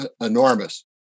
enormous